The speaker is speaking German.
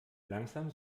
langsam